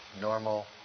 normal